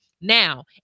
Now